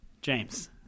James